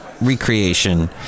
Recreation